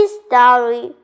story